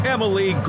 Emily